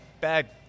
bad